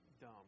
dumb